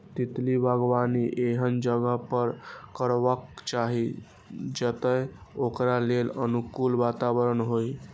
तितली बागबानी एहन जगह पर करबाक चाही, जतय ओकरा लेल अनुकूल वातावरण होइ